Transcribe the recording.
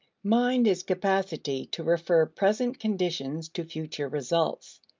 mind is capacity to refer present conditions to future results,